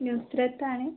news thread ആണ്